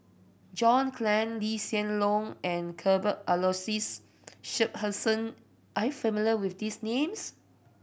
John Clang Lee Hsien Loong and Cuthbert Aloysius Shepherdson are you familiar with these names